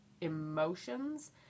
emotions